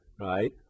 right